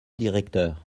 directeur